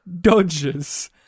Dodges